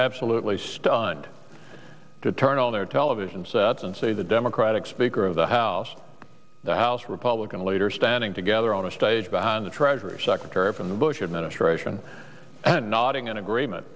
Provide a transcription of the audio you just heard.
absolutely stunned to turn on their television sets and see the democratic speaker of the house the house republican leader standing together on a stage behind the treasury secretary from the bush administration and nodding in agreement